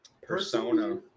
Persona